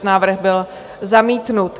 Návrh byl zamítnut.